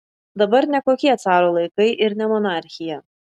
dabar ne kokie caro laikai ir ne monarchija